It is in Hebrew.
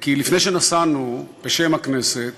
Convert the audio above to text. כי לפני שנסענו בשם הכנסת